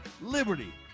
Liberty